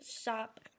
shop